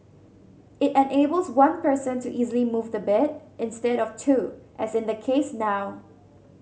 it enables one person to easily move the bed instead of two as in the case now